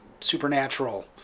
Supernatural